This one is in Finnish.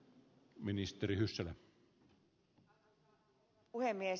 arvoisa herra puhemies